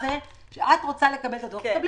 המשרד זה אני בהקשר של המדיניות, ופה זה